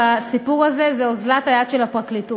לסיפור הזה היא אוזלת היד של הפרקליטות.